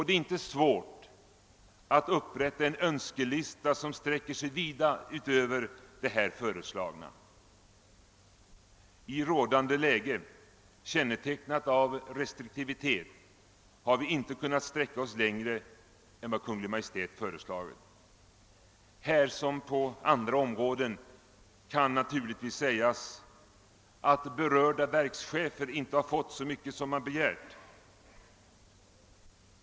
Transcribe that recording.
Det är inte svårt att upprätta en önskelista som sträcker sig vida utöver vad som här föreslagits. I rådande läge, kännetecknat av restriktivitet, har vi emellertid inte kunnat sträcka oss längre än vad Kungl. Maj:t föreslagit. Här som på andra områden kan naturligtvis sägas att berörda verkschefer inte har fått så mycket som de begärt.